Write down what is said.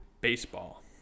Baseball